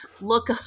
look